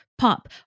Pop